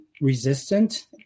resistant